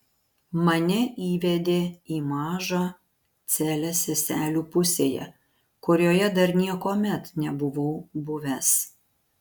mane įvedė į mažą celę seselių pusėje kurioje dar niekuomet nebuvau buvęs